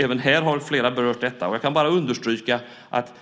Även detta har flera berört här. Jag kan bara understryka att